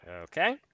Okay